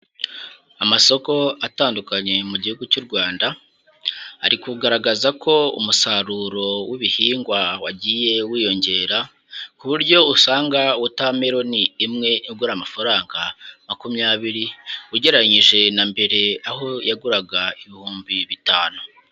Amasoko atandukanye mu gihugu cy'u Rwanda, ari kugaragaza ko umusaruro w'ibihingwa wagiye wiyongera ku buryo usanga wotameroni imwe igura amafaranga makumyabiri ugereranyije na mbere aho yaguraga ibihumbi bitanu.